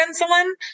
insulin